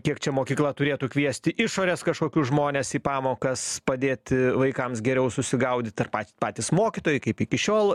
kiek čia mokykla turėtų kviesti išorės kažkokius žmones į pamokas padėti vaikams geriau susigaudyt ar pa patys mokytojai kaip iki šiol